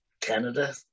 Canada